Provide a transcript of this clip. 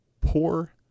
poor